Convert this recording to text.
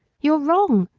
you're wrong!